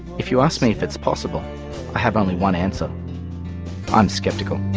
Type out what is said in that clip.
if you ask me if it's possible, i have only one answer i'm skeptical.